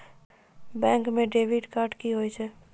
Bank म debit card की होय छै?